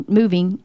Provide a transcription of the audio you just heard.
moving